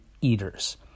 eaters